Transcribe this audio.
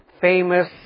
famous